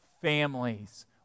families